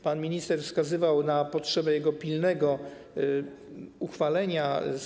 Pan minister wskazywał na potrzebę jego pilnego uchwalenia.